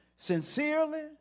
sincerely